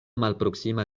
malproksima